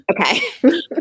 okay